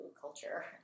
culture